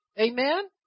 amen